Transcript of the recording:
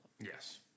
Yes